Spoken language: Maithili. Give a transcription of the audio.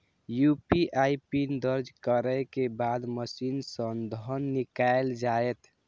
यू.पी.आई पिन दर्ज करै के बाद मशीन सं धन निकैल जायत